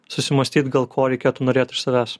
susimąstyt gal ko reikėtų norėt iš savęs